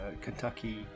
Kentucky